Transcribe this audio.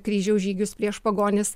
kryžiaus žygius prieš pagonis